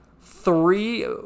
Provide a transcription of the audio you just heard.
Three